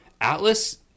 Atlas